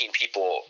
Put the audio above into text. people